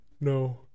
No